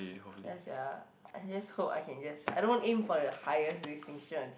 ya sia I just hope I can just I don't aim for the highest distinction